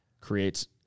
creates